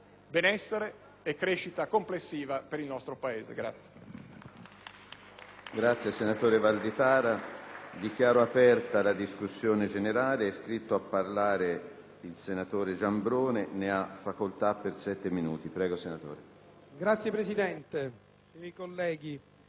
benessere e crescita complessiva per il nostro Paese.